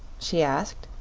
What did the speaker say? she asked.